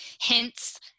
hints